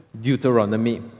Deuteronomy